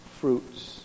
fruits